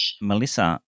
Melissa